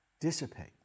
dissipate